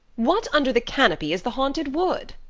what under the canopy is the haunted wood?